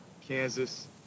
Kansas